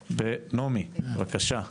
נעמי, בבקשה.